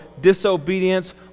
disobedience